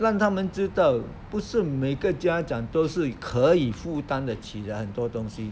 让他们知道不是每个家长都是可以负担得起的很多东西